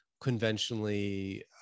conventionally